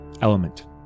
element